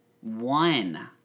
One